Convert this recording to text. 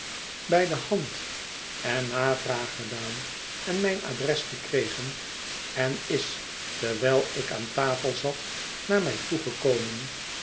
bij de hand en navraag gedaan en mijn adres gekregen en is terwijl ik aan tafel zat naar mij